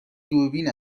دوربین